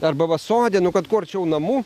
arba va sode nu kad kuo arčiau namų